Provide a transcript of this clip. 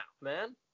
man